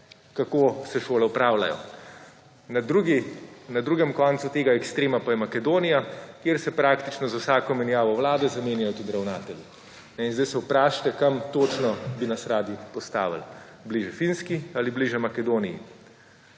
kako se šole upravljajo. Na drugem koncu tega ekstrema pa je Makedonija, kjer se praktično za vsako menjavo Vlade zamenjajo tudi ravnatelji. In zdaj se vprašajte kam točno bi nas radi postavili. Bližje Finski ali bližje Makedoniji?